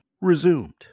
resumed